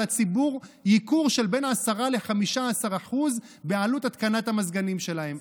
הציבור ייקור של בין 10% ל-15% בעלות התקנת המזגנים שלהם.